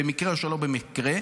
במקרה או שלא במקרה,